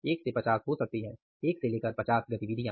एक से 50 हो सकती हैं एक से 50 गतिविधियां